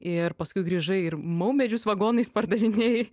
ir paskui grįžai ir maumedžius vagonais pardavinėjai